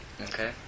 Okay